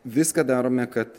viską darome kad